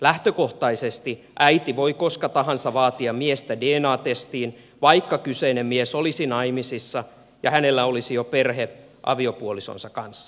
lähtökohtaisesti äiti voi koska tahansa vaatia miestä dna testiin vaikka kyseinen mies olisi naimisissa ja hänellä olisi jo perhe aviopuolisonsa kanssa